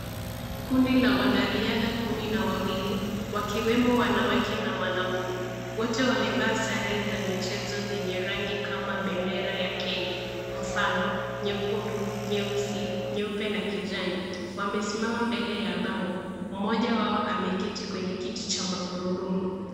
Kundi la wanariadha kumi na wawili wakiwemo wanawake na wanaume. Wote wamevaa sare za michezo zenye rangi kama bendera ya Kenya kwa mfano nyekundu, nyeusi, nyeupe na kijani. Wamesimama mbele ya bango. Mmoja wao ameketi kwenye kiti cha magurudumu.